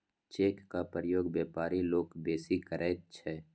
चेकक प्रयोग बेपारी लोक बेसी करैत छै